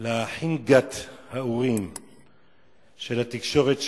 מספר על חנגת האורים של התקשורת שלנו,